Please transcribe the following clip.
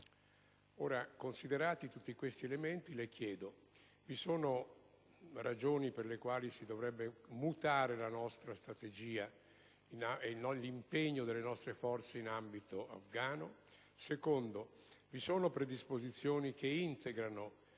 Considerati tutti questi elementi, le chiedo: vi sono ragioni per le quali si dovrebbe mutare la nostra strategia e l'impegno delle nostre forze in ambito afgano? In secondo luogo, sono state adottate disposizioni che integrano